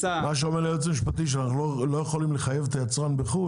היועץ המשפטי אומר לי שאנחנו לא יכולים לחייב את היצרן בחו"ל.